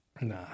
Nah